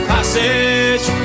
Passage